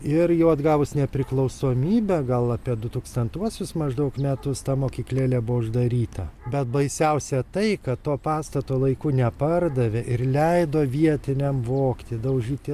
ir jau atgavus nepriklausomybę gal apie du tūkstantuosius maždaug metus ta mokyklėlė buvo uždaryta bet baisiausia tai kad to pastato laiku nepardavė ir leido vietiniam vogti daužyti